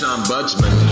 Ombudsman